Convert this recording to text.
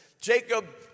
Jacob